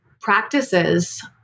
practices